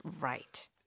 right